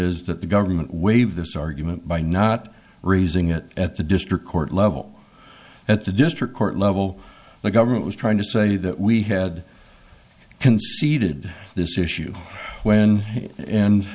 is that the government waive this argument by not raising it at the district court level at the district court level the government was trying to say that we had conceded this issue when and